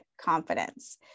confidence